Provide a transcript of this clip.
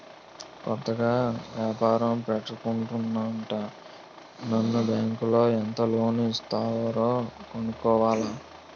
కొత్తగా ఏపారం పెడదామనుకుంటన్నాను బ్యాంకులో ఎంత లోను ఇస్తారో కనుక్కోవాల